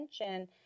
attention